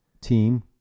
team